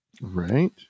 Right